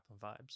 vibes